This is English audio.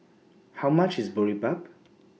How much IS Boribap